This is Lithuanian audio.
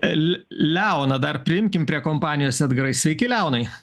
el leoną dar priimkim prie kompanijos edgarai sveiki leonai